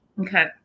Okay